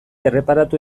erreparatu